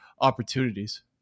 opportunities